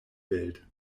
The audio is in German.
welt